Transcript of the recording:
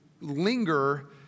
linger